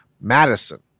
Madison